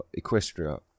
Equestria